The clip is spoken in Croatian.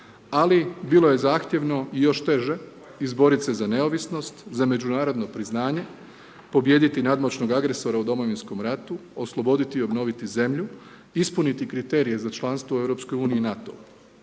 ali bilo je zahtjevno i još teže izboriti se za neovisnost, za međunarodno priznanje, pobijediti nadmoćnog agresora u Domovinskom ratu, osloboditi i obnoviti zemlju, ispuniti kriterije za članstvo u EU i NATO-u,